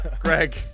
Greg